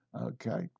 Okay